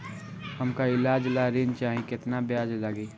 हमका ईलाज ला ऋण चाही केतना ब्याज लागी?